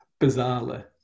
bizarrely